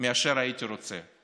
מאשר הייתי רוצה,